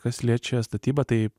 kas liečia statybą tai